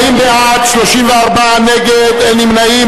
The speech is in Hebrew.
40 בעד, 34 נגד, אין נמנעים.